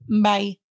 Bye